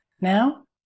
now